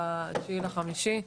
ב-9 במאי.